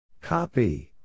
Copy